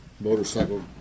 motorcycle